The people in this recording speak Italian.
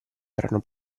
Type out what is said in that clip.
erano